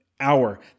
hour